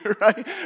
right